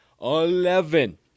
eleven